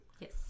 Yes